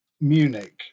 Munich